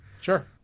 Sure